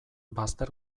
bazter